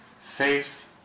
faith